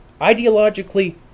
ideologically